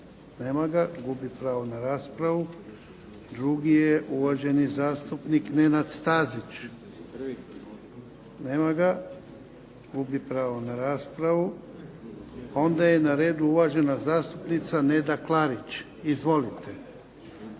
Nema ga, gubi pravo na raspravu. Drugi je uvaženi zastupnik Nenad Stazić. Nema ga, gubi pravo na raspravu. Onda je na redu uvažena zastupnica Neda Klarić. Izvolite.